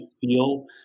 feel